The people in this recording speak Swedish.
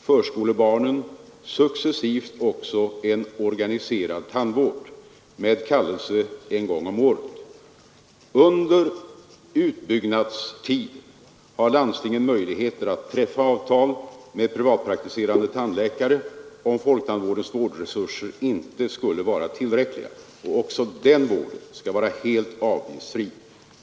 förskolebarnen successivt också en organiserad tandvård med kallelse en gång om året. Under utbyggnadstiden har landstingen möjlighet att träffa avtal med privatpraktiserande tandläkare, om folktandvårdens vårdresurser inte skulle vara tillräckliga, och också den vården skall vara helt avgiftsfri.